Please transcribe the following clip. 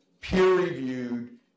peer-reviewed